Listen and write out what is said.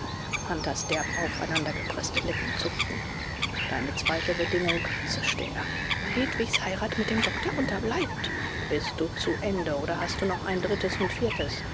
hunters derb aufeinandergepreßte lippen zuckten deine zweite bedingung zischte er hedwigs heirat mit dem doktor unterbleibt bist du zu ende oder hast du noch ein drittes und viertes